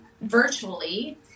virtually